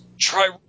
Try